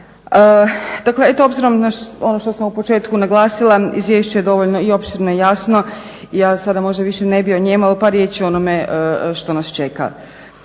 Dakle, eto obzirom na ono što sam u početku naglasila izvješće je dovoljno i opširno i jasno. Ja sada možda više ne bih o njemu, ali par riječi o onome što nas čeka.